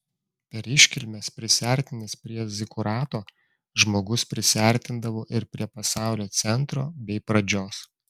per iškilmes prisiartinęs prie zikurato žmogus prisiartindavo ir prie pasaulio centro bei pradžios